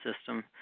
system